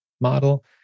model